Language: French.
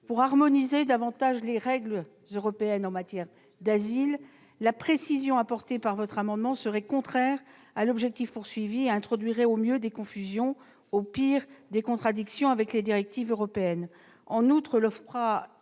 pour harmoniser davantage les règles européennes en matière d'asile, la précision que l'amendement tend à apporter serait contraire à l'objectif poursuivi. Elle introduirait au mieux des confusions, au pire des contradictions avec les directives européennes.